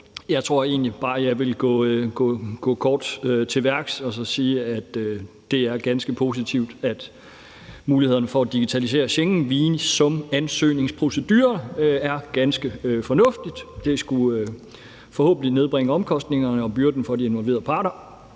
Jeg tror egentlig bare, at jeg vil gå kort til værks og sige, at det er ganske positivt med muligheden for at digitalisere Schengenvisumansøgningsproceduren. Det er ganske fornuftigt, og det skulle forhåbentlig nedbringe omkostningerne og byrden for de involverede parter.